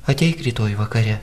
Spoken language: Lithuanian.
ateik rytoj vakare